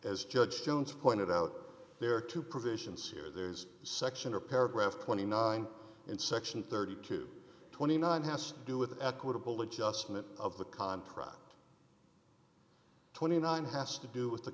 as judge jones pointed out there are two provisions here there's section or paragraph twenty nine in section three thousand two hundred and twenty nine has to do with equitable adjustment of the contract twenty nine has to do with the